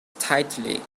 tightly